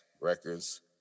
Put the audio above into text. Records